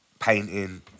painting